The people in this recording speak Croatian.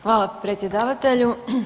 Hvala predsjedavatelju.